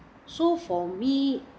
so for me